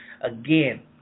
again